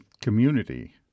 community